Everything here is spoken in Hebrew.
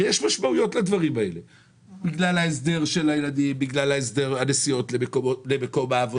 בגלל הנסיעות למקום העבודה,